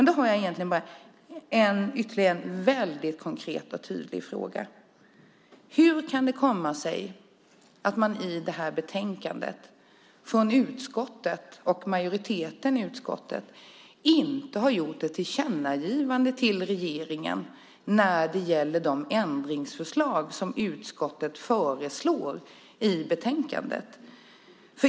Då vill jag ställa en mycket konkret och tydlig fråga: Hur kan det komma sig att majoriteten i utskottet i det här betänkandet inte har gjort ett tillkännagivande till regeringen om de ändringsförslag som utskottet föreslår i betänkandet?